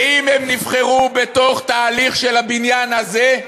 ואם הם נבחרו בתוך תהליך של הבניין הזה,